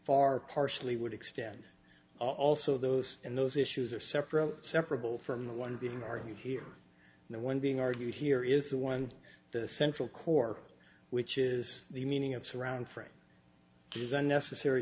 far partially would extend also those and those issues are separate separable from the one being argued here the one being argued here is the one central core which is the meaning of surround frame design necessary